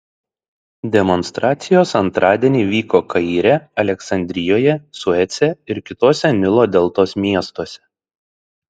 demonstracijos antradienį vyko kaire aleksandrijoje suece ir kituose nilo deltos miestuose